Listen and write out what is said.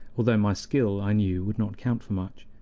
although my skill, i knew, would not count for much.